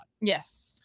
Yes